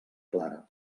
clara